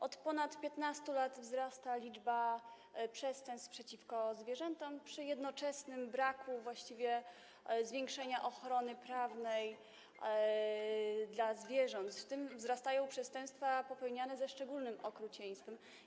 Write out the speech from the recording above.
Od ponad 15 lat wzrasta liczba przestępstw przeciwko zwierzętom, przy jednoczesnym braku zwiększenia ochrony prawnej zwierząt, w tym wzrasta liczba przestępstw popełnianych ze szczególnym okrucieństwem.